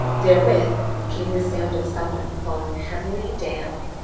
therewith came the sound of some one falling heavily down.